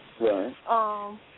Right